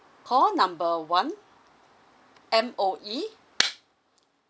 call number one M_O_E